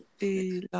et